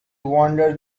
wander